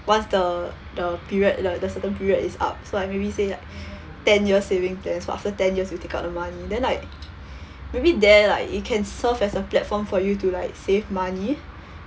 once the the period the certain period is up so like maybe say like ten year saving plans so after ten years you take out the money then like maybe there like it can serve as a platform for you to like save money